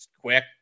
quick